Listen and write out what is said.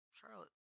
Charlotte